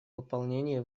выполнении